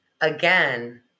again